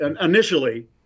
Initially